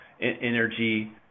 energy